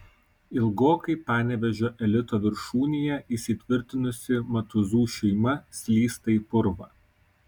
ilgokai panevėžio elito viršūnėje įsitvirtinusi matuzų šeima slysta į purvą